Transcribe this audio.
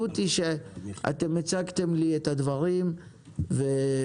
אתם הצגתם לי את הדברים בצורה שקופה,